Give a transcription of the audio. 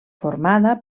formada